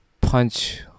punch